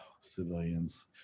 civilians